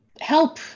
help